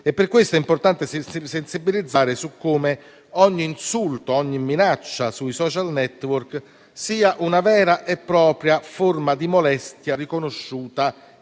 Per questo è importante sensibilizzare su come ogni insulto e ogni minaccia sui *social network* sia una vera e propria forma di molestia riconosciuta e punita a